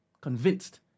Convinced